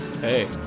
hey